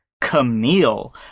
Camille